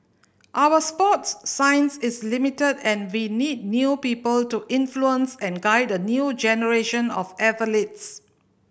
our sports science is limited and we need new people to influence and guide a new generation of athletes